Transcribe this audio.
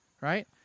Right